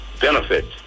benefits